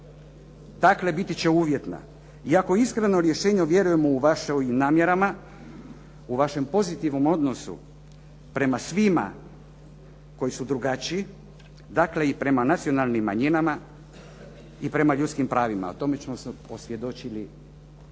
dakle biti će uvjetna. I ako iskreno rješenje vjerujemo vašim namjerama, u vašem pozitivnom odnosu prema svima koji su drugačiji, dakle i prema nacionalnim manjinama i prema ljudskim pravima. O tome smo se osvjedočili